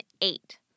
eight